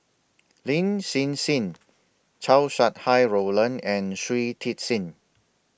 Lin Hsin Hsin Chow Sau Hai Roland and Shui Tit Sing